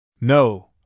No